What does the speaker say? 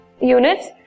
units